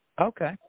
Okay